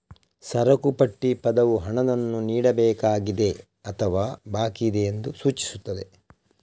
ಸರಕು ಪಟ್ಟಿ ಪದವು ಹಣವನ್ನು ನೀಡಬೇಕಾಗಿದೆ ಅಥವಾ ಬಾಕಿಯಿದೆ ಎಂದು ಸೂಚಿಸುತ್ತದೆ